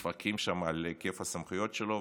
מתווכחים שם על היקף הסמכויות שלו.